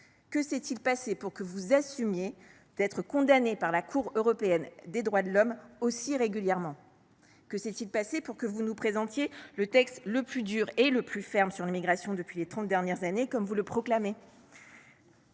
Que s’est il passé pour que vous « assumiez » être condamné par la Cour européenne des droits de l’homme aussi régulièrement ? Que s’est il passé pour que vous présentiez « le texte le plus ferme avec les mesures les plus dures depuis ces trente dernières années », comme vous le proclamez ?